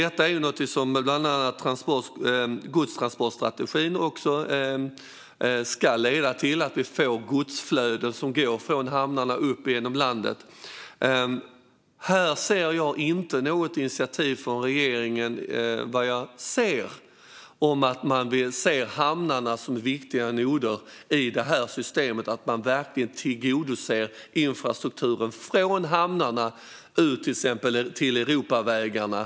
Detta ska bland annat också godstransportstrategin leda till. Vi ska få ett godsflöde som går från hamnarna upp igenom landet. Jag ser här inget initiativ från regeringen som tyder på att man vill se hamnarna som viktiga noder i systemet så att man tillgodoser infrastrukturen från hamnarna ut till exempelvis Europavägarna.